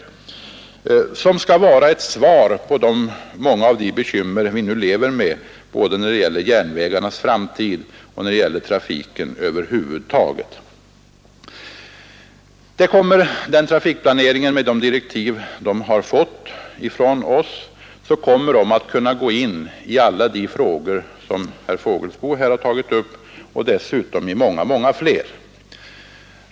På det sättet hoppas vi finna en väg bort från många av de bekymmer vi nu lever med, både när det gäller järnvägarnas framtid och när det gäller trafiken över huvud taget. Med de direktiv som denna trafik planering har fått kommer den att kunna gå in i alla de frågor som herr Fågelsbo tagit upp och dessutom i många många fler.